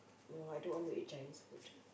no I don't want to eat Chinese food